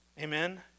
Amen